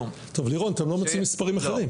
לירון, אתם לא מציגים מספרים אחרים.